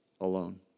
alone